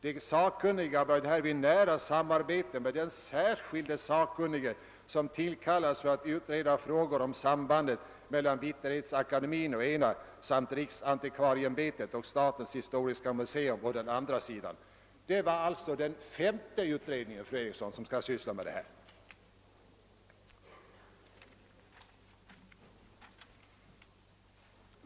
De sakkunniga bör härvid nära samarbeta med den särskilde sakkunnige som tillkallats för att utreda frågor om sambandet mellan Vitterhetsakademien å ena samt riksantikvarieämbetet och statens historiska museum å andra sidan.» Det var alltså den femte utredningen, fru Eriksson i Stockholm, som skall syssla med detta!